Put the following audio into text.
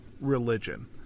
religion